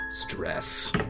stress